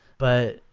but,